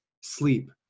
sleep